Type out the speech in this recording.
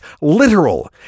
literal